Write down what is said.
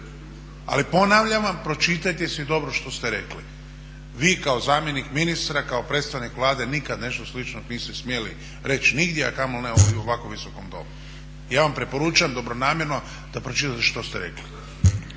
Ali ponavljam vam pročitajte si dobro što ste rekli. Vi kako zamjenik ministra, kao predstavnik Vlade nikad nešto slično niste smjeli reći nigdje a kamoli ne u ovako visokom domu. I ja vam preporučam dobronamjerno da pročitate što ste rekli.